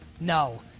No